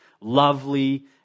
lovely